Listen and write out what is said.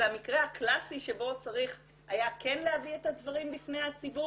זה המקרה הקלאסי שבו כן היה צריך להביא את הדברים בפני הציבור,